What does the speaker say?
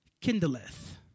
kindleth